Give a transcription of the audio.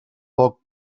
poc